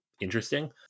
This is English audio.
interesting